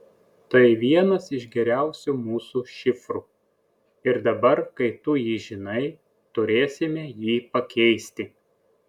tai vienas iš geriausių mūsų šifrų ir dabar kai tu jį žinai turėsime jį pakeisti